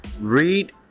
read